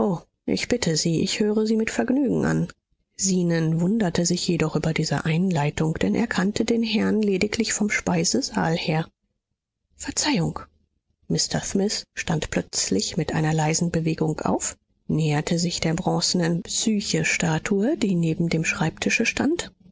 ich bitte sie ich höre sie mit vergnügen an zenon wunderte sich jedoch über diese einleitung denn er kannte den herrn lediglich vom speisesaal her verzeihung mr smith stand plötzlich mit einer leisen bewegung auf näherte sich der bronzenen psychestatue die neben dem schreibtische stand